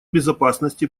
безопасности